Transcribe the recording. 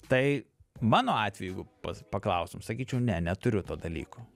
tai mano atveju jeigu pas paklaustum sakyčiau ne neturiu to dalyko